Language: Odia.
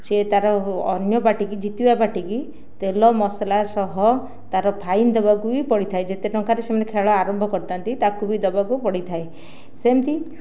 ସିଏ ତା'ର ଅନ୍ୟ ପାର୍ଟିକୁ ଜିତିବା ପାର୍ଟିକୁ ତେଲ ମସଲା ସହ ତା'ର ଫାଇନ୍ ଦେବାକୁ ବି ପଡ଼ିଥାଏ ଯେତେ ଟଙ୍କାରେ ସେମାନେ ଖେଳ ଆରମ୍ଭ କରିଥାନ୍ତି ତାକୁ ବି ଦେବାକୁ ପଡ଼ିଥାଏ ସେମିତି